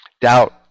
Doubt